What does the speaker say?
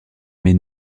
mais